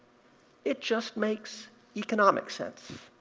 it just makes economic sense.